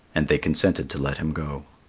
and they consented to let him go.